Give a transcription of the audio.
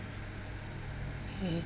mm